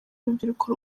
urubyiruko